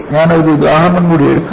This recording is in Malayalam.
ഞാൻ ഒരു ഉദാഹരണം കൂടി എടുക്കാം